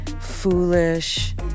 foolish